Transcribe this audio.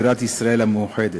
בירת ישראל המאוחדת.